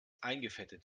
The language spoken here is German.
eingefettet